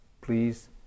please